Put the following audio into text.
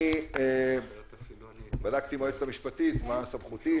אני בדקתי עם היועצת המשפטית מה סמכותי,